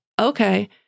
okay